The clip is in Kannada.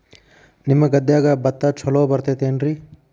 ನಿಮ್ಮ ಗದ್ಯಾಗ ಭತ್ತ ಛಲೋ ಬರ್ತೇತೇನ್ರಿ?